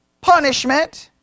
punishment